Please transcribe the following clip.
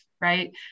right